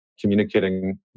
communicating